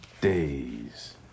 days